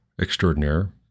extraordinaire